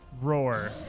roar